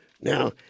Now